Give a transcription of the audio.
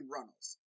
Runnels